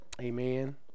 Amen